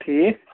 ٹھیٖک